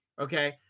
Okay